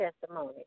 testimony